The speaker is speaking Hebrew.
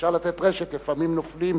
אפשר לתת רשת, לפעמים נופלים.